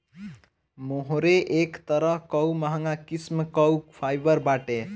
मोहेर एक तरह कअ महंग किस्म कअ फाइबर बाटे